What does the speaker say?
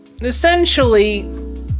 Essentially